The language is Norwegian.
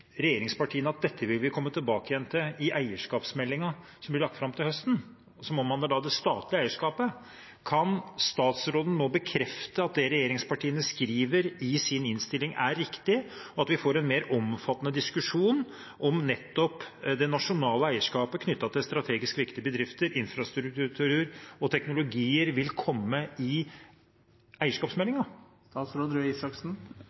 regjeringspartiene at det vil en komme tilbake til i eierskapsmeldingen som blir lagt fram til høsten, som omhandler det statlige eierskapet. Kan statsråden nå bekrefte at det regjeringspartiene skriver i innstillingen, er riktig, at en mer omfattende diskusjon om det nasjonale eierskapet knyttet til strategisk viktige bedrifter, infrastruktur og teknologier vil komme i